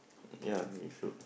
ya you should